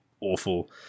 awful